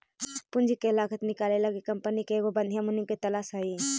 पूंजी के लागत निकाले लागी कंपनी के एगो बधियाँ मुनीम के तलास हई